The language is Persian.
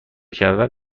کردن